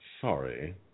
Sorry